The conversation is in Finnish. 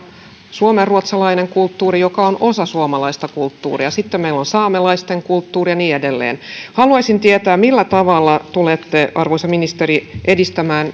suomenruotsalainen kulttuuri joka on osa suomalaista kulttuuria sitten meillä on saamelaisten kulttuuri ja niin edelleen haluaisin tietää millä tavalla tulette arvoisa ministeri edistämään